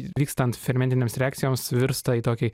vykstant fermentinėms reakcijoms virsta į tokį